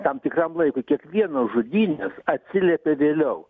tam tikram laikui kiekvienos žudynės atsiliepia vėliau